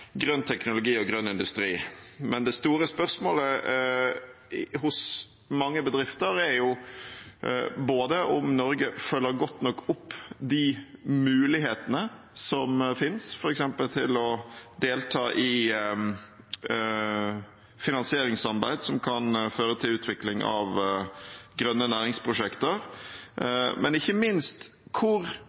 grønn teknologi og grønn industri. Men det store spørsmålet hos mange bedrifter er jo både om Norge følger godt nok opp de mulighetene som finnes f.eks. til å delta i finansieringssamarbeid som kan føre til utvikling av grønne næringsprosjekter, og ikke minst hvor